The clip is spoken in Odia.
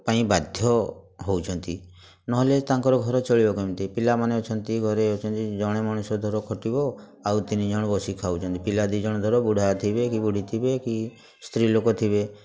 ପାଇଁ ବାଧ୍ୟ ହେଉଛନ୍ତି ନହେଲେ ତାଙ୍କର ଘର ଚଳିବ କେମିତି ପିଲାମାନେ ଅଛନ୍ତି ଘରେ ଅଛନ୍ତି ଜଣେ ମଣିଷ ଧର ଖଟିବ ଆଉ ତିନିଜଣ ବସିକି ଖାଉଛନ୍ତି ପିଲା ଦୁଇଜଣ ଧର ବୁଢ଼ା ଥିବେ କି ବୁଢ଼ୀ ଥିବେ କି ସ୍ତ୍ରୀଲୋକ ଥିବେ